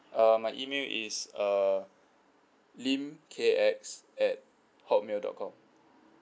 uh my email is uh lim K X at Hotmail dot com